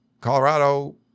Colorado